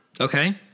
Okay